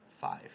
Five